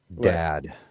Dad